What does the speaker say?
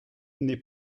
n’est